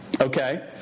okay